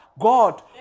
God